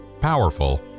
powerful